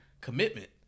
commitment